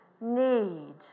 need